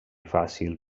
fàcil